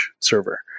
server